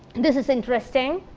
this is interesting,